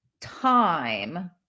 time